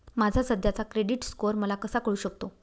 माझा सध्याचा credit score मला कसा कळू शकतो?